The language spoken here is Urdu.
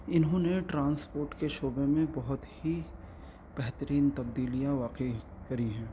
انہوں نے ٹرانسپورٹ کے شعبے میں بہت ہی بہترین تبدیلیاں واقعی کری ہیں